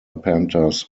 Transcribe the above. panthers